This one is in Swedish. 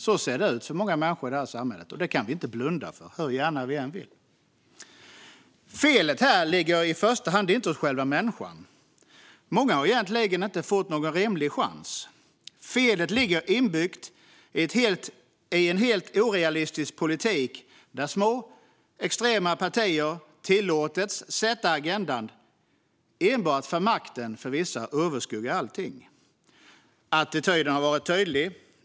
Så ser det ut för många människor i det här samhället, och det kan vi inte blunda för, hur gärna vi än vill. Felet här ligger inte i första hand hos själva människan. Många har egentligen inte fått någon rimlig chans. Felet ligger inbyggt i en helt orealistisk politik där små extrema partier tillåtits att sätta agendan, enbart för att makten för vissa överskuggar allting. Attityden har varit tydlig.